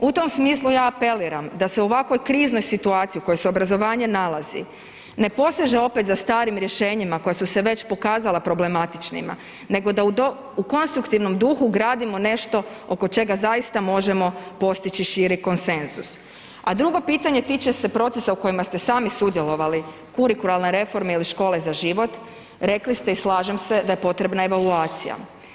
U tom smislu ja apeliram da se u ovako kriznoj situaciji u kojoj se obrazovanje nalazi ne poseže opet za starim rješenjima koja su se već pokazala problematičnima nego da u konstruktivnom duhu gradimo nešto oko čega zaista možemo postići širi konsenzus, a drugo pitanje tiče se procesa u kojima ste sami sudjelovali, kurikularnoj reformi ili Školi za život, rekli ste i slažem se, da se potrebna evaluacija.